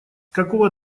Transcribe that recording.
какого